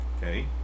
okay